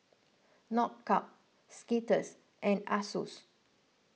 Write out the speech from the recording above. Knockout Skittles and Asus